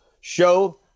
show